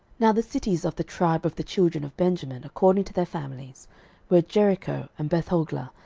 now the cities of the tribe of the children of benjamin according to their families were jericho, and bethhoglah,